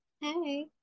Hey